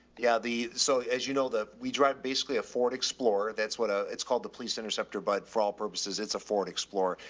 yeah. the, so as you know, the, we drive basically a ford explorer. that's what a, it's called the police interceptor. but for all purposes it's a ford explorer.